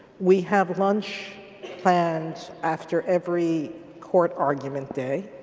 we have lunch planned after every court argument day.